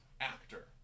actor